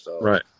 Right